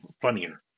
funnier